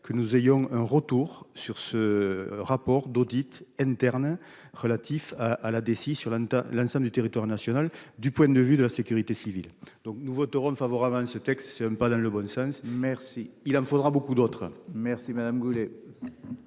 que nous ayons un retour sur ce rapport d'audit interne un relatif à à la DSI sur la note à l'ensemble du territoire national. Du point de vue de la sécurité civile donc nous voterons favorablement ce texte c'est même pas dans le bon sens. Merci. Il en faudra beaucoup d'autres. Merci Madame Goulet.